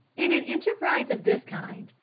in an enterprise of this kind,